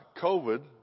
COVID